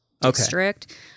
District